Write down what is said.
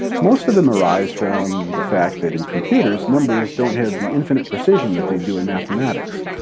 most of them arise from the fact that in computers numbers don't have the infinite precision that they do in mathematics.